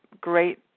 great